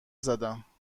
زدم